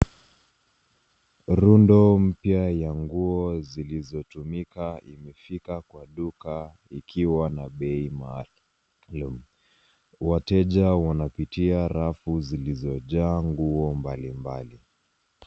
Rundo mpya ya nguo zilizotumika imefika kwa duka ikiwa na bei maalum. Wateja wanapitia rafu zilizojaa nguo mbalimbali.